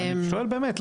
אני שואל באמת.